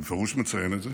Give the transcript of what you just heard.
אני בפירוש מציין את זה,